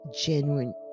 genuine